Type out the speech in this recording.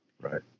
Right